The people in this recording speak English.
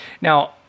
Now